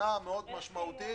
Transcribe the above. מנה מאוד משמעותית